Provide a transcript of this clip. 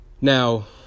Now